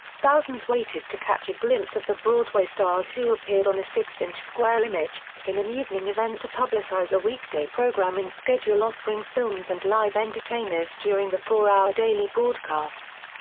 thousands waited to catch a glimpse of the broadway stars who appeared on the six-inch square image, in an evening event to publicize a weekday programming schedule offering films and live entertainers during the four-hour daily broadcasts.